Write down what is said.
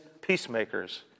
peacemakers